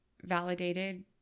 validated